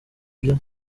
ibya